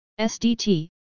SDT